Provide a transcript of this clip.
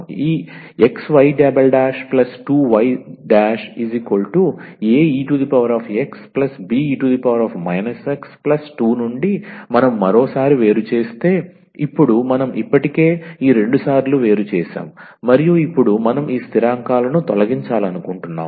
ఈ 𝑥𝑦′′ 2𝑦′ 𝑎𝑒𝑥 𝑏𝑒−𝑥 2నుండి మనం మరోసారి వేరు చేస్తే ఇప్పుడు మనం ఇప్పటికే ఈ రెండుసార్లు వేరు చేసాము మరియు ఇప్పుడు మనం ఈ స్థిరాంకాలను తొలగించాలనుకుంటున్నాము